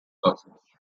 users